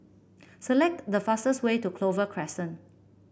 select the fastest way to Clover Crescent